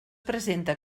presenta